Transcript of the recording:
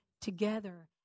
together